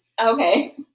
Okay